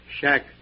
shack